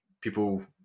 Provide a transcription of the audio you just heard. people